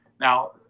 Now